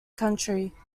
country